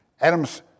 Adam's